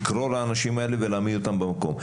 יש מספיק כוח לקרוא לאנשים האלה ולהעמיד אותם במקום.